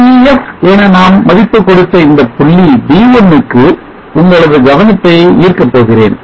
Def என நாம் மதிப்புக் கொடுத்த இந்த புள்ளி D1 க்கு உங்களது கவனத்தை ஈர்க்க போகிறேன்